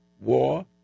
war